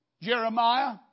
Jeremiah